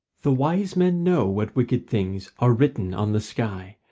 the wise men know what wicked things are written on the sky,